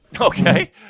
Okay